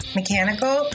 mechanical